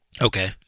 Okay